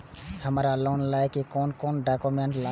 हमरा लोन लाइले कोन कोन डॉक्यूमेंट लागत?